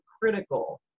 critical